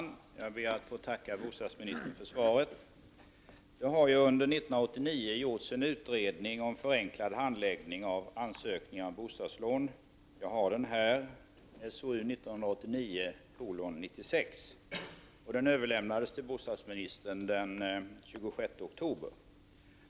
Herr talman! Jag ber att få tacka bostadsministern för svaret. Under 1989 har det gjorts en utredning om förenklad handläggning av ansökningar om bostadslån. Jag har den här, SOU 1989:96. Den överlämnades till bostadsministern den 26 oktober.